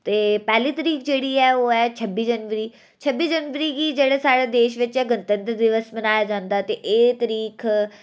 ते पैह्ली तरीक जेह्ड़ी ऐ ओह् ऐ छब्बी जनवरी छब्बी जनवरी पर जेह्ड़े साढ़े देश बिच गणतंत्र दिवस मनाया जंदा ऐ ते एह् तरीक